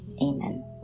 Amen